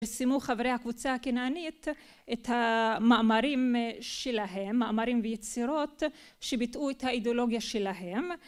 פירסמו חברי הקבוצה הכנענית את המאמרים שלהם, מאמרים ויצירות שביטאו את האידיאולוגיה שלהם